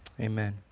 Amen